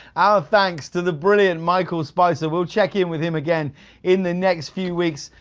our thanks to the brilliant michael spicer. we'll check in with him again in the next few weeks.